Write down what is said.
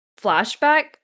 flashback